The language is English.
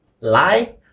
lie